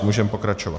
Můžeme pokračovat.